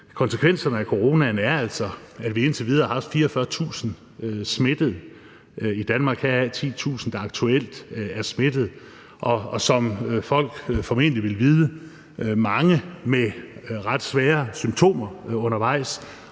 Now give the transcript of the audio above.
konsekvenserne af coronaen, er de altså, at vi indtil videre har haft 44.000 smittede i Danmark, heraf er der aktuelt 10.000 smittede, og som folk formentlig vil vide, har mange haft ret svære symptomer undervejs.